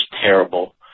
terrible